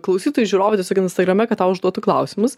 klausytojų žiūrovų tiesiog instagrame kad tau užduotų klausimus